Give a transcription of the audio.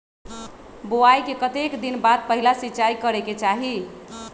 बोआई के कतेक दिन बाद पहिला सिंचाई करे के चाही?